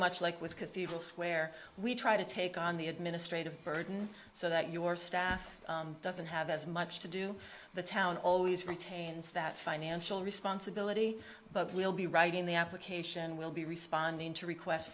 much like with cathedral square we try to take on the administrative burden so that your staff doesn't have as much to do the town always retains that financial responsibility but we'll be right in the application will be responding to request